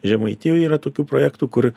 žemaitijoj yra tokių projektų kur